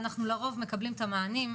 ואנחנו לרוב מקבלים את המענים.